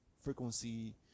frequency